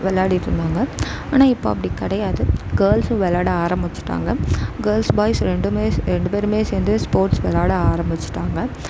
விளாடிட்ருந்தாங்க ஆனால் இப்போ அப்படி கிடையாது கேர்ள்ஸ்ஸும் விளாட ஆரம்பிச்சிட்டாங்க கேர்ள்ஸ் பாய்ஸ் ரெண்டும் ரெண்டு பேரும் சேர்ந்து ஸ்போர்ட்ஸ் விளாட ஆரம்பிச்சிட்டாங்க